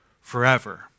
forever